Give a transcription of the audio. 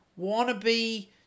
wannabe